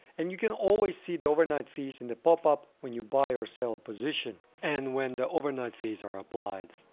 and you can always see the overnight fees in the popup when you buy or sell a position. and when the overnight fees are applied.